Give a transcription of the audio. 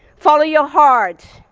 follow your heart.